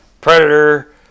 Predator